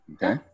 Okay